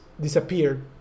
disappeared